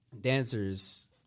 dancers